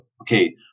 okay